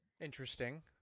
interesting